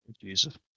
Jesus